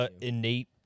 innate